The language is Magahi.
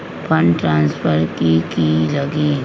फंड ट्रांसफर कि की लगी?